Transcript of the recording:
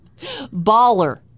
Baller